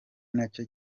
nacyo